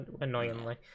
annoyingly